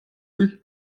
durch